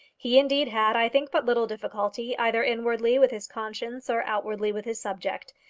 he indeed had, i think, but little difficulty, either inwardly with his conscience, or outwardly with his subject.